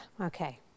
okay